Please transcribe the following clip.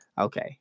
Okay